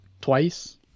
twice